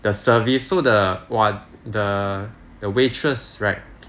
the service so the !wah! the the waitress right